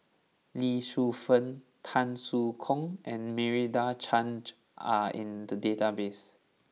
Lee Shu Fen Tan Soo Khoon and Meira Chand are in the database